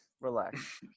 Relax